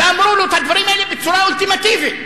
ואמרו לו את הדברים האלה בצורה אולטימטיבית.